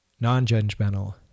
non-judgmental